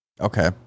Okay